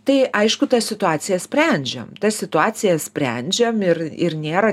tai aišku tas situacijas sprendžiame tas situacijas sprendžiam ir ir nėra